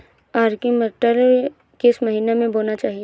Arkel मटर किस महीना में बोना चाहिए?